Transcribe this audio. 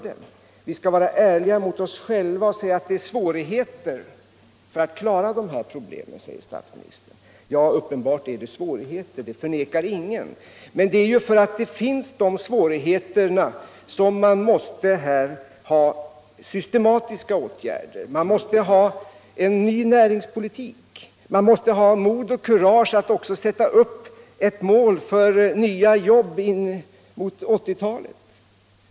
Statsministern säger att vi skall vara ärliga mot oss själva och erkänna att det finns svårigheter när det gäller att klara de här problemen. Det finns uppenbarligen svårigheter — det förnekar ingen. Men det är ju på grund av dessa svårigheter som det behövs systematiska åtgärder. Man måste ha en ny näringspolitik, ja mod och kurage att sätta upp ett mål för sysselsättningspolitiken fram till 1980-talet.